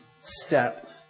step